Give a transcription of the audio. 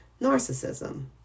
narcissism